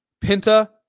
pinta